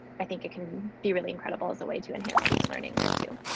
i think it can be really incredible as a way to enhance student learning there too.